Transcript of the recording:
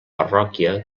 parròquia